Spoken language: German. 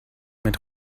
mit